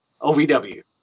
OVW